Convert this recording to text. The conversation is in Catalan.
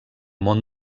món